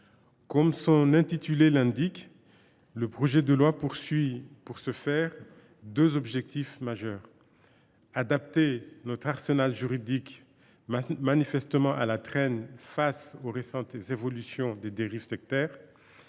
son intitulé, le présent projet de loi a, pour ce faire, deux objectifs majeurs : adapter notre arsenal juridique, manifestement à la traîne face aux récentes évolutions des dérives sectaires,